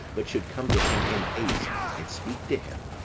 but should come to him in haste, and speak to him.